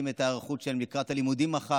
חבר הכנסת אוריאל בוסו, בבקשה.